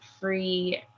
free